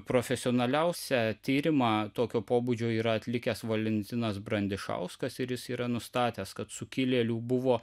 profesionaliausią tyrimą tokio pobūdžio yra atlikęs valentinas brandišauskas ir jis yra nustatęs kad sukilėlių buvo